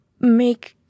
make